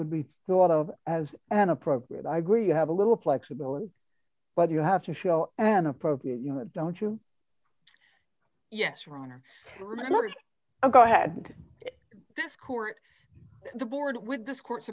would be thought of as an appropriate i agree you have a little flexibility but you have to show an appropriate you know that don't you yes run or remorse go ahead this court the board with this court